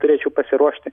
turėčiau pasiruošti